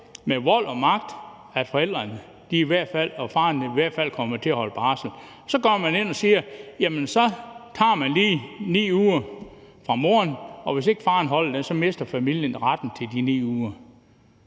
med vold og magt sikre, at faren i hvert fald kommer til at holde barsel. Så går man ind og siger: Jamen så tager vi lige 9 uger fra moren, og hvis ikke faren holder dem, mister familien retten til de 9 uger.